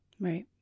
Right